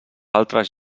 altres